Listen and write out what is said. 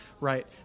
Right